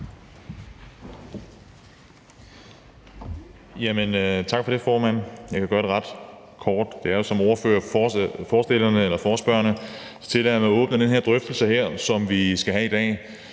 Tak for det, formand. Jeg kan gøre det ret kort. Det er som ordfører for forespørgerne, at jeg åbner den her drøftelse, som vi skal have i dag.